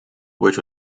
which